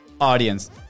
audience